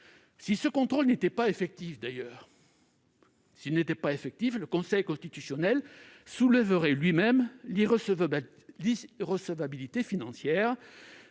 Si ce contrôle n'était pas effectif, le Conseil constitutionnel soulèverait lui-même l'irrecevabilité financière,